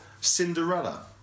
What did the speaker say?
Cinderella